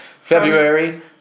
February